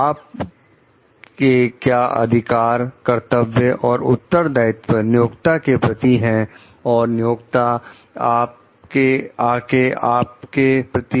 आप के क्या अधिकार कर्तव्य और उत्तरदायित्व नियोक्ता के प्रति हैं और नियुक्त आके आपके प्रति